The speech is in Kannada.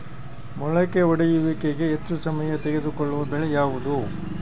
ಮೊಳಕೆ ಒಡೆಯುವಿಕೆಗೆ ಹೆಚ್ಚು ಸಮಯ ತೆಗೆದುಕೊಳ್ಳುವ ಬೆಳೆ ಯಾವುದು?